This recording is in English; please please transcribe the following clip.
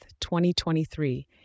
2023